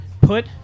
Put